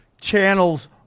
channels